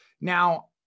Now